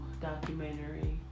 documentary